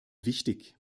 wichtig